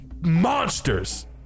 monsters